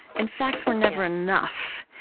and facts were never enough.